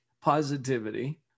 positivity